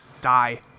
Die